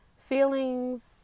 feelings